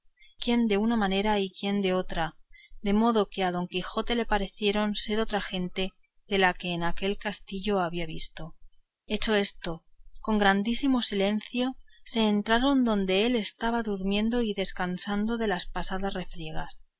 quién de una manera y quién de otra de modo que a don quijote le pareciese ser otra gente de la que en aquel castillo había visto hecho esto con grandísimo silencio se entraron adonde él estaba durmiendo y descansando de las pasadas refriegas